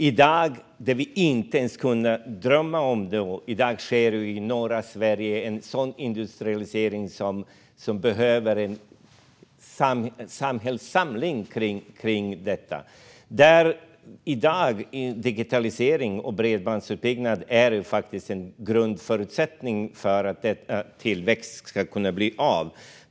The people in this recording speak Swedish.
I dag sker i norra Sverige, vilket vi inte ens kunnat drömma om, en industrialisering som kräver en samhällssamling kring detta. Digitalisering och bredbandsutbyggnad är en grundförutsättning för att denna tillväxt ska kunna bli av.